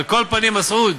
על כל פנים, מסעוד,